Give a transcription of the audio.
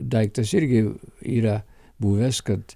daiktas irgi yra buvęs kad